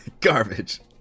Garbage